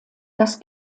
das